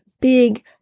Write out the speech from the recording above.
big